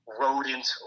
rodent